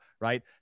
right